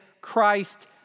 Christ